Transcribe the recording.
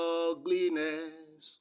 ugliness